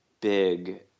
big